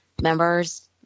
members